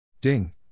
Ding